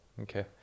Okay